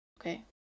Okay